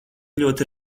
ļoti